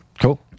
Cool